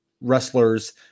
wrestlers